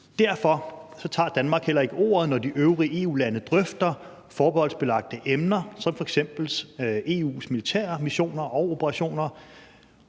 Derfor tager Danmark heller ikke ordet, når de øvrige EU-lande drøfter forbeholdsbelagte emner som f.eks. EU’s militære missioner og operationer.